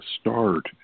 start